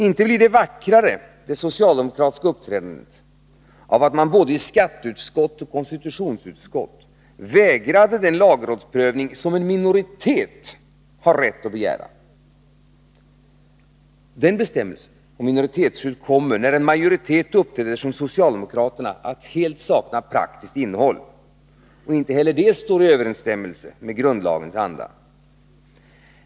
Inte blir det socialdemokratiska uppträdandet vackrare av att man i både skatteutskottet och konstitutionsutskottet vägrade den lagrådsprövning som en minoritet har rätt att begära. Denna bestämmelse kommer, när en majoritet uppträder som socialdemokraterna, att helt sakna praktiskt innehåll. Inte heller det står i överensstämmelse med grundlagens anda.